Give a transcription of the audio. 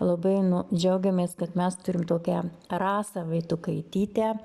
labai nu džiaugiamės kad mes turim tokią rasą vaitukaitytę